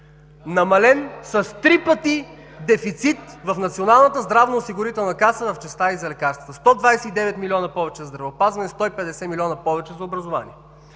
Намален три пъти дефицит в НЗОК в частта й за лекарства – 129 милиона повече за здравеопазване, 150 милиона повече за образование.